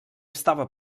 estava